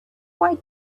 why